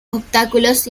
obstáculos